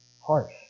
Harsh